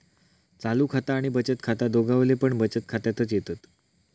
चालू खाता आणि बचत खाता दोघवले पण बचत खात्यातच येतत